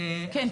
כן,